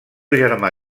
germà